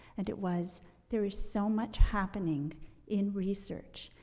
and it was there is so much happening in research,